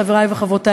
חברי וחברותי,